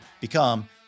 become